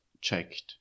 checked